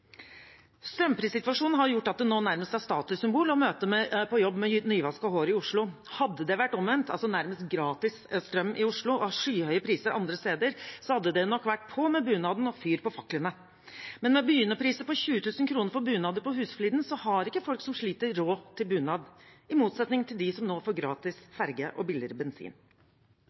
Strømprissituasjonen har gjort at det nå nærmest er et statussymbol å møte på jobb med nyvasket hår i Oslo. Hadde det vært omvendt, altså med nærmest gratis strøm i Oslo og skyhøye priser andre steder, hadde det nok vært på med bunaden og fyr på faklene. Men med begynnerpriser på 20 000 kr på Husfliden har ikke folk som sliter, råd til bunad, i motsetning til dem som nå får gratis ferje og billigere bensin.